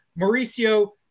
Mauricio